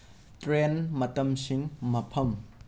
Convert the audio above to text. train ꯃꯇꯝꯁꯤꯡ ꯃꯐꯝ